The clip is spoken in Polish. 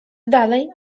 dalej